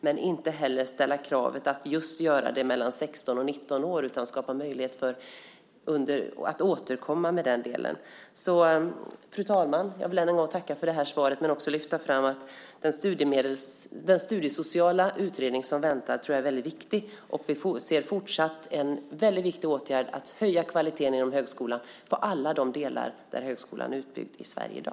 Men vi ska inte heller ställa kravet att man ska göra det just mellan 16 och 19 år. Vi vill skapa möjligheter att återkomma till den delen. Fru talman! Jag vill än en gång tacka för svaret och lyfta fram att jag tror att den studiesociala utredning som väntar är väldigt viktig. En fortsatt väldigt viktig åtgärd är att höja kvaliteten i högskolan i alla de delar där högskolan är utbyggd i Sverige i dag.